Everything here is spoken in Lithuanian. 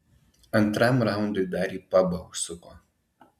antram raundui dar į pabą užsuko